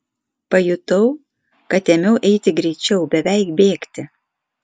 pajutau kad ėmiau eiti greičiau beveik bėgti